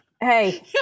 hey